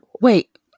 Wait